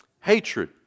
Hatred